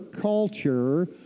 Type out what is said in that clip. culture